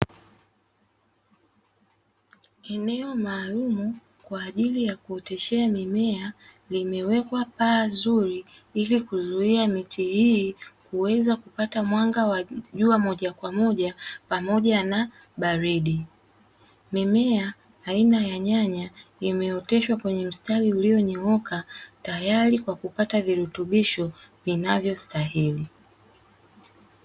Eneo maalumu kwa ajili ya kuoteshea mimea, limewekwa paa zuri ili kuzuia miti hii kuweza kupata mwanga wa jua moja kwa moja pamoja na baridi. Mimea aina ya nyanya imeoteshwa kwenye mstari ulionyooka, tayari kwa kupata virutubisho vinavyostahili.